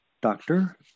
doctor